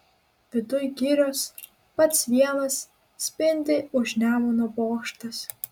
viduj girios pats vienas spindi už nemuno bokštas